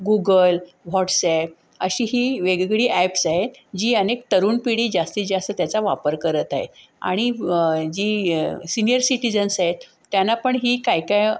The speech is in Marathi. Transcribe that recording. गुगल व्हॉट्सॲप अशी ही वेगवेगळी ॲप्स आहेत जी अनेक तरुण पिढी जास्तीत जास्त त्याचा वापर करत आहेत आणि जी सिनियर सिटीजन्स आहेत त्यांना पण ही काय काय